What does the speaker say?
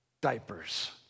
diapers